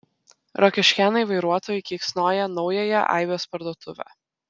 rokiškėnai vairuotojai keiksnoja naująją aibės parduotuvę